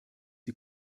sie